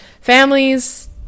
families